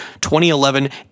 2011